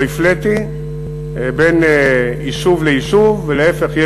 לא הפליתי בין יישוב ליישוב ולהפך.